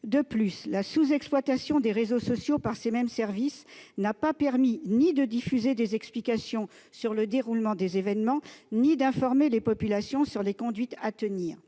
De plus, la sous-exploitation des réseaux sociaux par ces mêmes services n'a pas permis de diffuser des explications sur le déroulement des événements ni d'informer les populations sur les conduites à tenir.